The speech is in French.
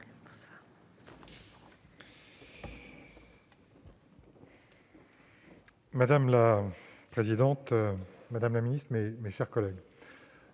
Madame la présidente, madame la ministre, mes chers collègues,